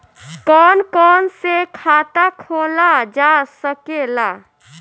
कौन कौन से खाता खोला जा सके ला?